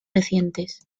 recientes